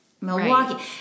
Milwaukee